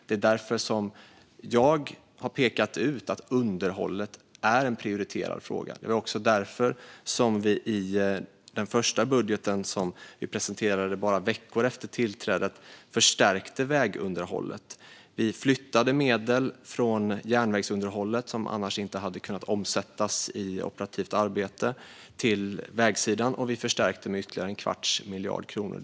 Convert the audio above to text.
Det är därför jag har pekat ut underhållet som en prioriterad fråga. Det var också därför som vi i den första budgeten, som vi presenterade bara veckor efter tillträdet, förstärkte underhållet. Vi flyttade medel från järnvägsunderhållet, som annars inte hade kunnat omsättas i operativt arbete, till vägsidan. Och vi förstärkte med ytterligare en kvarts miljard kronor.